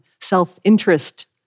self-interest